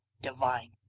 divine